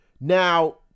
Now